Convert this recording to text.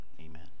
amen